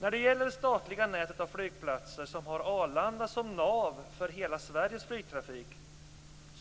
När det gäller det statliga nätet av flygplatser som har Arlanda som nav för hela Sveriges flygtrafik